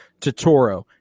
Totoro